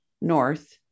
north